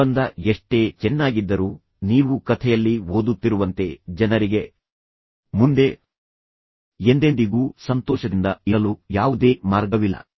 ಸಂಬಂಧ ಎಷ್ಟೇ ಚೆನ್ನಾಗಿದ್ದರೂ ನೀವು ಕಥೆಯಲ್ಲಿ ಓದುತ್ತಿರುವಂತೆ ಜನರಿಗೆ ಮುಂದೆ ಎಂದೆಂದಿಗೂ ಸಂತೋಷದಿಂದ ಇರಲು ಯಾವುದೇ ಮಾರ್ಗವಿಲ್ಲ